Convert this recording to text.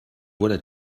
voilà